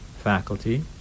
faculty